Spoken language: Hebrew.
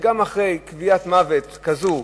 שגם אחרי קביעת מוות כזאת,